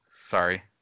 Sorry